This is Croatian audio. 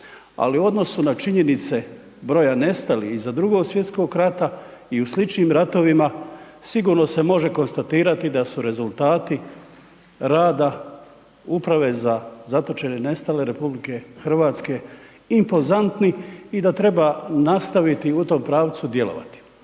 ali u odnosu na činjenice broja nestalih iza Drugog svjetskog rata i u sličnim ratovima sigurno se može konstatirati da su rezultati rada Uprave za zatočene i nestale Republike Hrvatske impozantni i da treba nastaviti u tom pravcu djelovati.